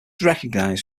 recognized